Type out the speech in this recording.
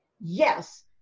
Yes